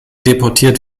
deportiert